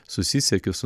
susisiekiu su